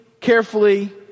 carefully